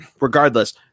regardless